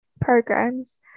programs